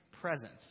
presence